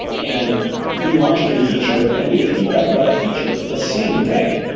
and we launch a new feature and we get feedback about that feature the same day.